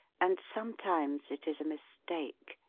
and sometimes it is a mistake.